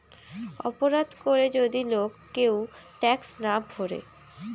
অপরাধ করে যদি লোক কেউ ট্যাক্স না ভোরে